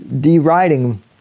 deriding